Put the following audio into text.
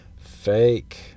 Fake